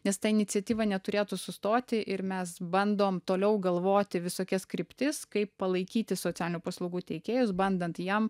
nes ta iniciatyva neturėtų sustoti ir mes bandom toliau galvoti visokias kryptis kaip palaikyti socialinių paslaugų teikėjus bandant jiem